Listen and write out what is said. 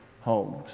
homes